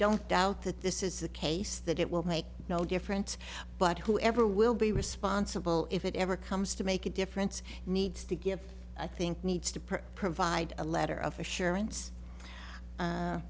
don't doubt that this is the case that it will make no difference but whoever will be responsible if it ever comes to make a difference needs to give i think needs to provide a letter of assurance